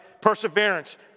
Perseverance